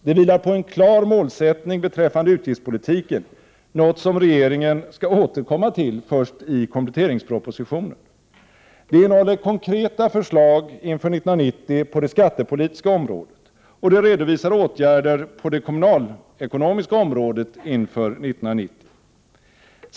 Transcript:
Det vilar på en klar målsättning beträffande utgiftspolitiken, något som regeringen skall återkomma till först i kompletteringspropositionen. Det innehåller konkreta förslag inför 1990 på det skattepolitiska området. Där redovisas åtgärder på det kommunalekonomiska området inför 1990.